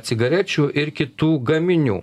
cigarečių ir kitų gaminių